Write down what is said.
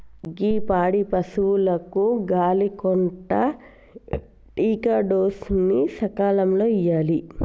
గీ పాడి పసువులకు గాలి కొంటా టికాడోస్ ని సకాలంలో ఇయ్యాలి